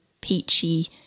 peachy